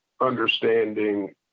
understanding